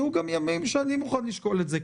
יהיו גם ימים שאני אהיה מוכן לשקול את זה.